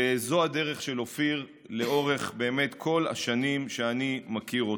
וזו הדרך של אופיר לאורך כל השנים שאני מכיר אותו,